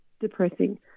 depressing